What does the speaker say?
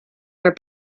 her